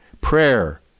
Prayer